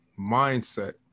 mindset